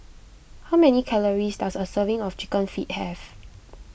how many calories does a serving of Chicken Feet have